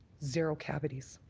zero cavities.